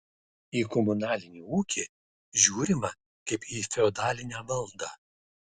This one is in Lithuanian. į komunalinį ūkį žiūrima kaip į feodalinę valdą